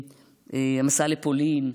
הוא המסע לפולין,